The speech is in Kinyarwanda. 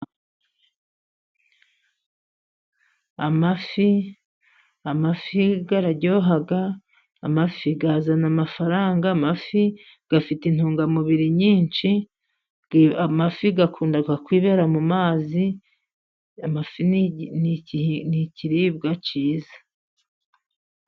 Amafi, amafi araryoha, amafi azana amafaranga, amafi afite intungamubiri nyinshi, amafi akunda kwibera mu mazi, amafi n'ikiriribwa cyiza.